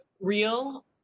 real